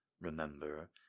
remember